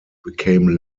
became